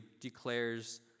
declares